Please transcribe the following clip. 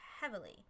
heavily